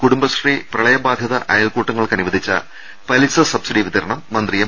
കൂടുംബശ്രീ പ്രളയബാധിത അയൽക്കൂട്ടങ്ങൾക്ക് അനുവദിച്ച പലിശ സബ്സിഡി വിതരണം മന്ത്രി എം